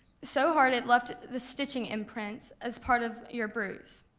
so hard it left the stitching imprints as part of your bruise.